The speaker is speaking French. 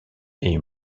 est